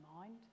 mind